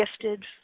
gifted